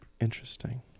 Interesting